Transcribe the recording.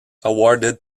awarded